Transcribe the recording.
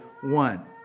one